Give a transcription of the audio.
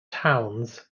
towns